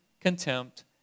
contempt